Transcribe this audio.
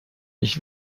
ich